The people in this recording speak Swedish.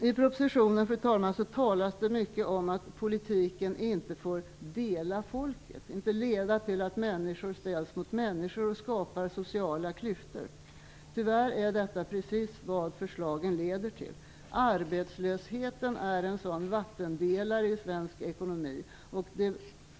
I propositionen, fru talman, talas det mycket om att politiken inte får dela folket, inte får leda till att människor ställs mot människor och skapar sociala klyftor. Tyvärr är detta precis vad förslagen leder till. Arbetslösheten är en sådan vattendelare i svensk ekonomi.